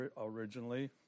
originally